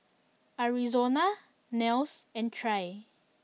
Arizona Nels and Trae